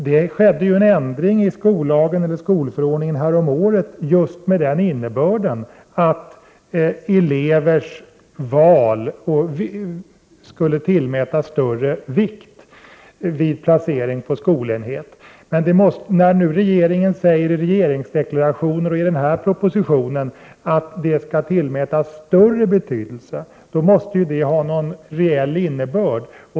Det skedde en ändring i skolförordningen häromåret med just den innebörden, att elevers val skulle tillmätas större vikt vid placering på skolenhet. Men när regeringen i regeringsdeklarationer och i den här propositionen säger att detta skall tillmätas större betydelse, måste det ha någon reell innebörd.